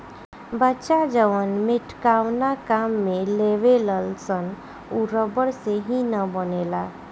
बच्चा जवन मेटकावना काम में लेवेलसन उ रबड़ से ही न बनेला